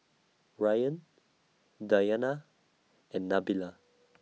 Ryan Dayana and Nabila